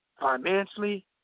financially